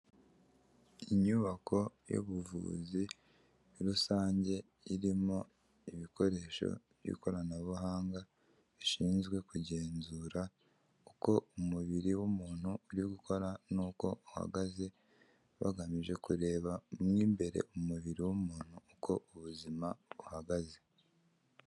Inyubako y'ubuvuzi rusange irimo ibikoresho by'ikoranabuhanga bishinzwe kugenzura uko umubiri w'umuntu uri gukora, n'uko uhagaze bagamije kureba mo imbere umubiri w'umuntu uko ubuzima buhagaze.